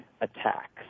attacks